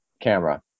camera